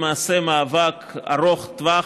הוא למעשה מאבק ארוך טווח,